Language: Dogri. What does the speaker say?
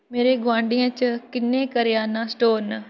मेरे गुआंढियें च किन्ने करेआना स्टोर न